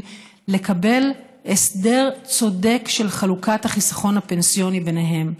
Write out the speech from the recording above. לקבל הסדר צודק של חלוקת החיסכון הפנסיוני ביניהם.